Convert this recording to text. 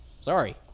Sorry